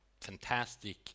fantastic